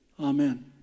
Amen